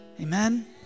amen